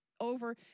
over